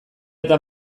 eta